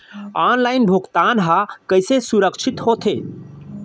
Online भुगतान हा कइसे सुरक्षित होथे?